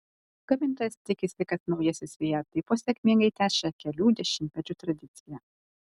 gamintojas tikisi kad naujasis fiat tipo sėkmingai tęs šią kelių dešimtmečių tradiciją